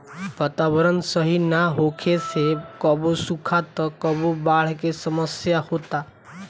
वातावरण के सही ना होखे से कबो सुखा त कबो बाढ़ के समस्या होता